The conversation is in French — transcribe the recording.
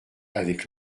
avec